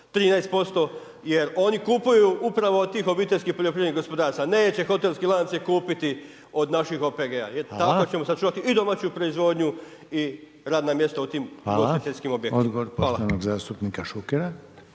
13% jer oni kupuju upravo od tih OPG-ova. Neće hotelski lanci kupiti od naših OPG-a. Tako ćemo sačuvati i domaću proizvodnju i radna mjesta u tim ugostiteljskim objektima.